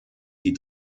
die